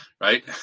right